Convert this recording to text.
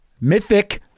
mythic